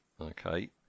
Okay